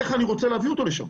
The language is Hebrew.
איך אני רוצה להביא אותו לשם?